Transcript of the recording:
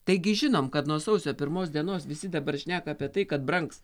taigi žinom kad nuo sausio pirmos dienos visi dabar šneka apie tai kad brangs